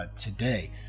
today